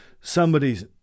somebody's